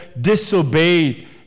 disobeyed